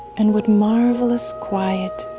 and what marvelous quiet.